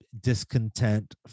discontent